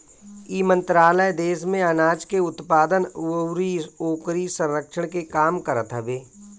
इ मंत्रालय देस में आनाज के उत्पादन अउरी ओकरी संरक्षण के काम करत हवे